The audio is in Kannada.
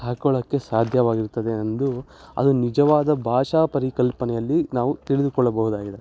ಹಾಕ್ಕೊಳ್ಳೋಕ್ಕೆ ಸಾಧ್ಯವಾಗಿರ್ತದೆ ಅಂದು ಅದು ನಿಜವಾದ ಭಾಷಾ ಪರಿಕಲ್ಪನೆಯಲ್ಲಿ ನಾವು ತಿಳಿದುಕೊಳ್ಳಬಹುದಾಗಿದೆ